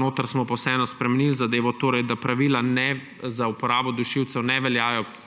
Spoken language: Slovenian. notri smo pa vseeno spremenili zadevo, da pravila za uporabo dušilcev ne veljajo